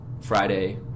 Friday